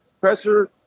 pressure